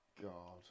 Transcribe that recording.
God